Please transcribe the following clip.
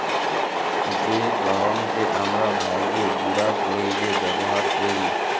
জ্যে গহমকে আমরা ভাইঙ্গে গুঁড়া কইরে ব্যাবহার কৈরি